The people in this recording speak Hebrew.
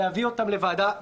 להביא אותם לוועדה מסוימת,